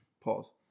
Pause